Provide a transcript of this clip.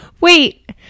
Wait